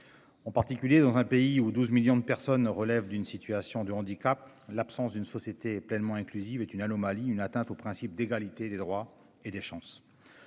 En particulier dans un pays où 12 millions de personnes, relève d'une situation de handicap, l'absence d'une société pleinement inclusive est une anomalie, une atteinte au principe d'égalité des droits et des chances.